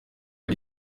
ari